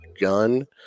gun